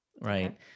right